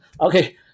Okay